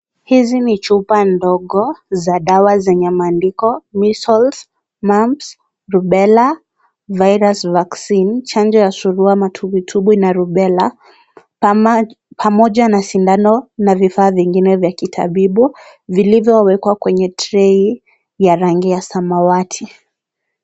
Hizi ni chupa ndogo za dawa zenye maandiko measles, mumps and rubella virus vaccine. Chanjo ya surua, matumbwitumbwi na rubella pamoja na sindano na vifaa vingine vya kitabibu vilivyoekwa kwenye trei ya rangi ya samawati.